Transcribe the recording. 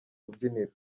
rubyiniro